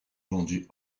vendus